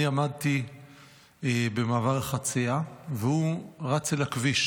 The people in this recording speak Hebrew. אני עמדתי במעבר החצייה והוא רץ אל הכביש